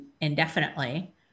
indefinitely